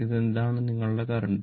ഇതാണ് നിങ്ങളുടെ കറന്റ്